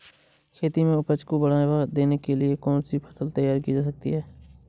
खेती में उपज को बढ़ावा देने के लिए कौन सी फसल तैयार की जा सकती है?